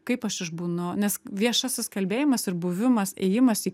kaip aš išbūnu nes viešasis kalbėjimas ir buvimas ėjimas į